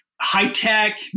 high-tech